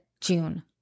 June